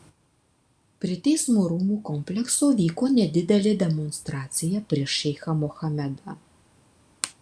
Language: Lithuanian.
prie teismo rūmų komplekso vyko nedidelė demonstracija prieš šeichą mohamedą